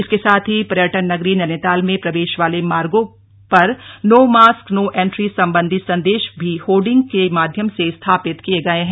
इसके साथ ही पर्यटन नगरी नैनीताल में प्रवेश वाले मार्गो पर नो मास्क नो एन्ट्री सम्बन्धित संदेश भी होर्डिग्स के माध्यम से स्थापित किये गये है